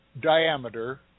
diameter